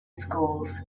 schools